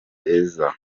heza